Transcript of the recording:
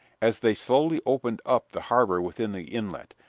as they slowly opened up the harbor within the inlet,